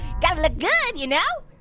gotta look good, you know?